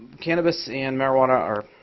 cannabis and marijuana, or